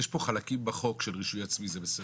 יש פה חלקים בחוק של רישוי עצמי וזה בסדר.